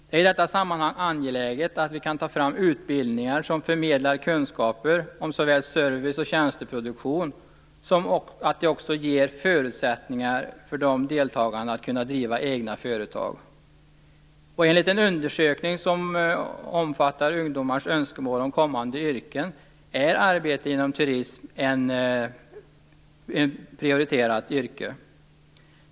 Det är i detta sammanhang angeläget att vi kan ta fram utbildningar som förmedlar kunskaper om service och tjänsteproduktion och som ger förutsättningar för dem som deltar att kunna driva egna företag. Enligt en undersökning som omfattar ungdomars önskemål om kommande yrken är arbete inom turism ett prioriterat yrkesområde.